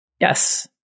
Yes